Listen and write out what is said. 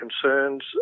concerns